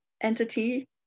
entity